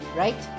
right